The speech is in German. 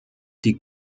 die